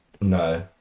No